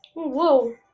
Whoa